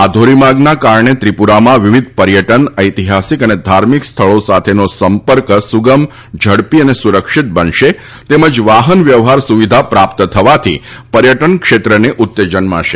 આ ધોરીમાર્ગના કારણે ત્રિપુરામાં વિવિધ પર્યટન ઐતિહાસિક અને ધાર્મિક સ્થળો સાથેનો સંપર્ક સુગમ ઝડપી અને સુરક્ષિત બનશે તેમજ વાહન વ્યવહાર સુવિધા પ્રાપ્ત થવાથી પર્યટન ક્ષેત્રને ઉત્તેજન મળશે